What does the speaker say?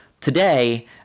Today